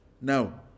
Now